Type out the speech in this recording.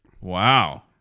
Wow